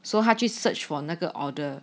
so 他去 search for 那个 order